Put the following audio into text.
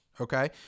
Okay